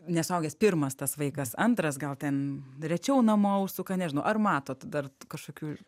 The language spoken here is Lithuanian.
nesaugęs pirmas tas vaikas antras gal ten rečiau namo užsuka nežinau ar matot dar kažkokių